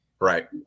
Right